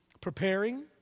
preparing